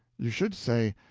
you should say,